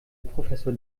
professor